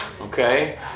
Okay